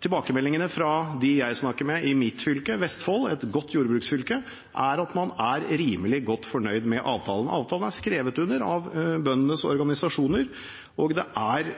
Tilbakemeldingene fra dem jeg snakker med i mitt fylke Vestfold, et godt jordbruksfylke, er at man er rimelig godt fornøyd med avtalen. Avtalen er skrevet under av bøndenes organisasjoner, og det er